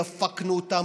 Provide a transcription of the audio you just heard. דפקנו אותם,